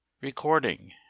Recording